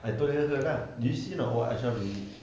I told her lah did you see or not what ashraf did